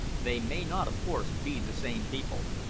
they may not, of course, be the same people.